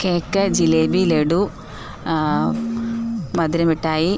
cake jalebi laddu മധുരമിഠായി